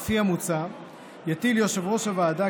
לפי המוצע יטיל יושב-ראש הוועדה,